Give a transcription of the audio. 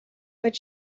but